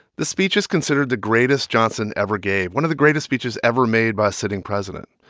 the speech is considered the greatest johnson ever gave, one of the greatest speeches ever made by a sitting president.